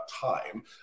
time